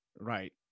Right